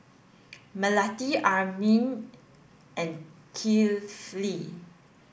Melati Amrin and Kifli